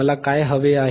मला काय हवे आहे